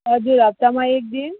हजुर हप्तामा एक दिन